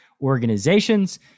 organizations